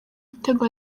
ibitego